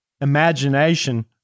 Imagination